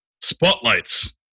spotlights